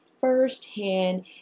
firsthand